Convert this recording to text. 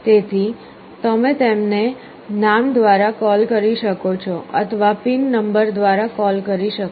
તેથી તમે તેમને નામ દ્વારા કોલ કરી શકો છો અથવા પિન નંબર દ્વારા કોલ કરી શકો છો